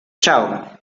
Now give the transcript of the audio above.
chao